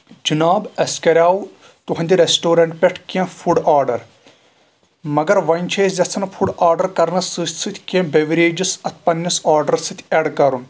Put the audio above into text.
جِناب اَسہِ کَریاو تُہنٛدِ ریسٹورنٛٹ پٮ۪ٹھ کیٚنٛہہ فوڑ آرڈر مَگر وۄنۍ چھِ أسۍ یژھان فوڑ آرڈر کَرنَس سۭتۍ سۭتۍ کینٛہہ بیوریجِز اَتھ پَنٕنِس آرڈرَس سۭتۍ اٮ۪ڈ کَرُن